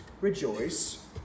Rejoice